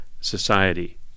society